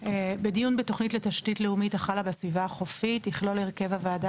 "בדיון בתוכנית לתשתית לאומית החלה בסביבה החופית יכלול הרכב הוועדה